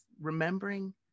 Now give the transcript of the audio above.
remembering